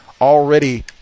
already